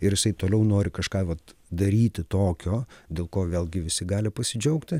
ir jisai toliau nori kažką vat daryti tokio dėl ko vėlgi visi gali pasidžiaugti